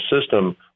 system